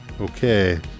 Okay